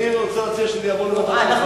אני רוצה להציע שזה יעבור לוועדת,